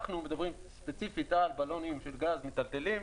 אנחנו מדברים לפי --- בלונים של גז מיטלטלים.